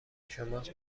شماست